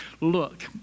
look